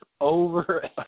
over